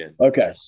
Okay